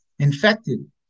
infected